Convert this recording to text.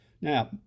Now